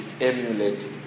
emulate